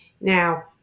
Now